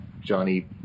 Johnny